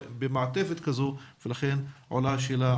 במעטפת כזו ולכן עולה השאלה,